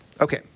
Okay